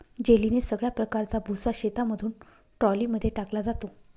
जेलीने सगळ्या प्रकारचा भुसा शेतामधून ट्रॉली मध्ये टाकला जातो